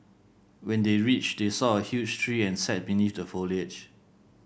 when they reached they saw a huge tree and sat beneath the foliage